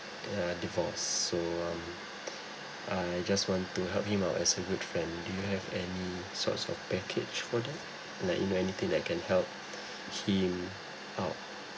di~ uh divorce so um I just want to help him out as a good friend do you have any sorts of package for them like you know anything that can help him out